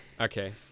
Okay